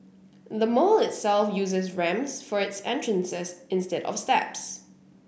the mall itself uses ramps for its entrances instead of steps